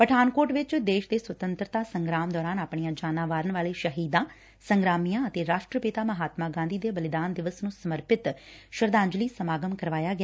ਪਠਾਨਕੋਟ ਵਿਚ ਦੇਸ਼ ਦੇ ਸ੍ਰੰਤਤਰਤਾ ਸੰਗਰਾਮ ਦੌਰਾਨ ਆਪਣੀਆਂ ਜਾਨਾਂ ਵਾਰਨ ਵਾਲੇ ਸ਼ਹੀਦਾਂ ਸੰਗਰਾਮੀਆਂ ਅਤੇ ਰਾਸ਼ਟਰਪਿਤਾ ਮਾਹਤਮਾ ਗਾਂਧੀ ਦੇ ਬਲੀਦਾਨ ਦਿਵਸ ਨੰ ਸਮਰਪਿਤ ਸ਼ਰਧਾਂਜਲੀ ਸਮਾਗਮ ਮਨਾਇਆ ਗਿਆ